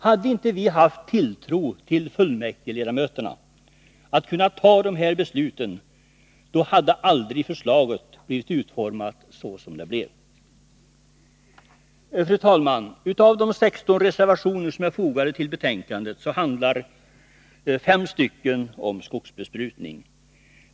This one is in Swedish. Hade vi inte haft tilltro till att fullmäktigeledamöterna skulle kunna ta de här besluten, så hade förslaget aldrig blivit utformat så som det blev. Fru talman! Av de 16 reservationer som är fogade till betänkandet handlar 5 om skogsbesprutning.